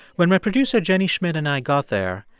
when my producer jenny schmidt and i got there,